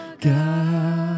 God